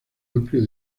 amplio